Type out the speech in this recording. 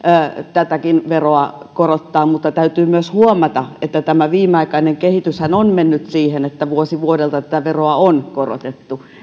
tätäkin veroa korottaa mutta täytyy myös huomata että viimeaikainen kehityshän on mennyt siihen että vuosi vuodelta veroa on korotettu